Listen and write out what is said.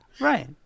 Right